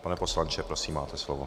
Pane poslanče, prosím, máte slovo.